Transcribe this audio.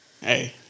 Hey